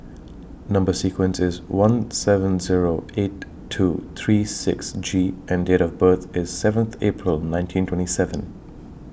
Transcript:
Number sequence IS one seven Zero eight two three six G and Date of birth IS seventh April nineteen twenty seven